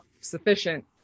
sufficient